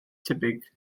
tebyg